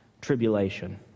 Tribulation